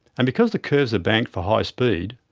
and because the curves are banked for high speed,